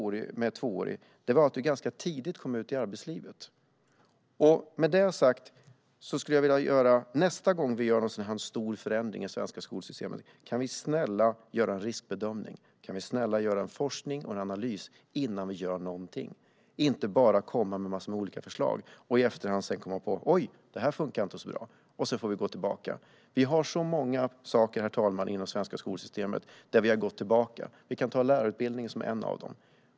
Fördelen med det tvååriga praktiska gymnasiet var att man kom ut i arbetslivet ganska tidigt. Med detta sagt vill jag säga följande: Snälla, när man nästa gång ska göra en sådan stor förändring i det svenska skolsystemet, kan man då göra en riskbedömning, forskning och analys innan man gör någonting och inte bara komma med en massa olika förslag för att i efterhand komma på att det inte funkar så bra och att man måste gå tillbaka? Herr talman! Det är så många saker inom det svenska skolsystemet där vi har fått gå tillbaka. Lärarutbildningen är en.